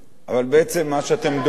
אבל בעצם מה שאתם דורשים,